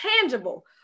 tangible